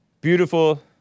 Beautiful